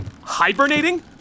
Hibernating